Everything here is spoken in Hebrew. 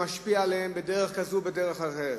משפיע עליהם בדרך כזו או בדרך אחרת.